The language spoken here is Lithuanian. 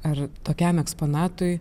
ar tokiam eksponatui